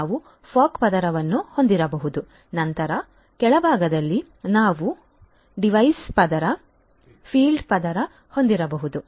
ನಾವು ಫಾಗ್ ಪದರವನ್ನು ಹೊಂದಿರಬಹುದು ನಂತರ ಕೆಳಭಾಗದಲ್ಲಿ ನಾವು ಡಿವೈಸ್ ಪದರ ಫೀಲ್ಡ್ ಪದರ ಹೊಂದಿರಬಹುದು